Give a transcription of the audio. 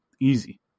easy